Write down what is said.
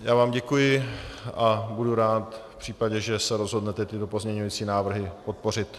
Já vám děkuji a budu rád v případě, že se rozhodnete tyto pozměňující návrhy podpořit.